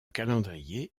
calendrier